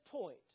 point